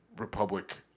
republic